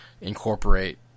incorporate